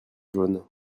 jaune